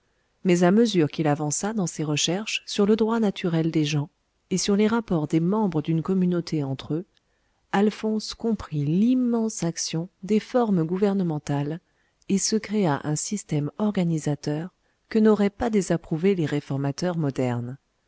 mais à mesure qu'il avança dans ses recherches sur le droit naturel des gens et sur les rapports des membres d'une communauté entre eux alphonse comprit l'immense action des formes gouvernementales et se créa un système organisateur que n'auraient pas désapprouvé les réformateurs modernes